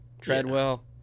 Treadwell